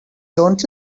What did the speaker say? don’t